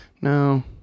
No